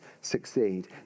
succeed